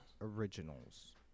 Originals